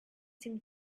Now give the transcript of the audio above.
seemed